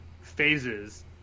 phases